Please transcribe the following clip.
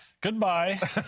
Goodbye